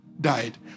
Died